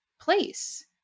place